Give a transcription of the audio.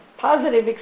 positive